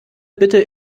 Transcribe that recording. bitte